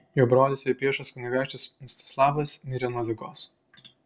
jo brolis ir priešas kunigaikštis mstislavas mirė nuo ligos